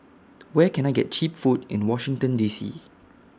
Where Can I get Cheap Food in Washington D C